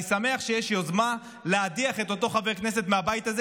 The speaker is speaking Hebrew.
אני שמח שיש יוזמה להדיח את אותו חבר כנסת מהבית הזה,